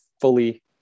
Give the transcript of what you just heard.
fully